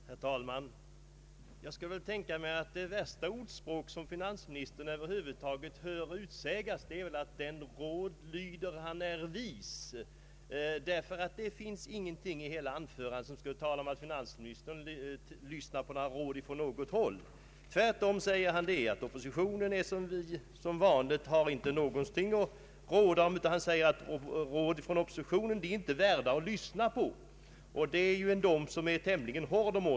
Herr talman! Jag skulle tänka mig att det värsta ordspråk finansministern över huvud taget kan få höra är: ”Den råd lyder han är vis.” Det finns nämligen ingenting i hela finansministerns anförande som talar för att han lyssnar till råd från något håll. Tvärtom säger han att råd från oppositionen inte är värda att lyssna till. Det är en dom över oss som är tämligen hård.